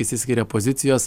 išsiskiria pozicijos